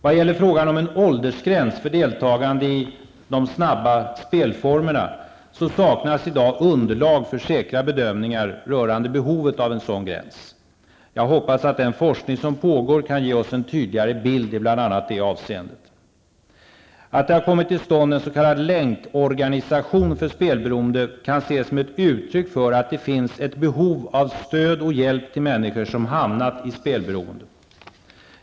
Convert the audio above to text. Vad gäller frågan om en åldersgräns för deltagande i de snabba spelformerna saknas i dag underlag för säkra bedömningar rörande behovet av en sådan gräns. Jag hoppas att den forskning som pågår kan ge oss en tydligare bild i bl.a. detta avseende. Att det har kommit till stånd en s.k. länkorganisation för spelberoende kan ses som ett uttryck för att det finns ett behov av stöd och hjälp till människor som hamnat i spelberoende.